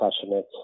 passionate